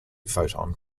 photon